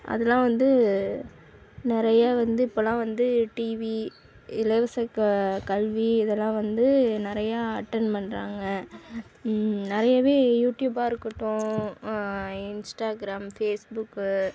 அதெல்லாம் வந்து நிறைய வந்து இப்போலாம் வந்து டிவி இலவச க கல்வி இதெல்லாம் வந்து நிறையா அட்டன் பண்ணுறாங்க நிறையவே யூடிப்பாக இருக்கட்டும் இன்ஸ்டாகிராம் ஃபேஸ்புக்கு